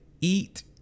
eat